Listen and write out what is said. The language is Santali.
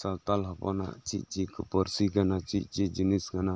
ᱥᱟᱶᱛᱟᱞ ᱦᱚᱯᱚᱱᱟᱜ ᱪᱮᱜ ᱪᱮᱜ ᱠᱚ ᱯᱟᱨᱥᱤ ᱠᱟᱱᱟ ᱪᱮᱜ ᱪᱮᱜ ᱡᱤᱱᱤᱚᱥ ᱠᱟᱱᱟ